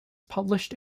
published